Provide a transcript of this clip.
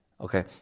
Okay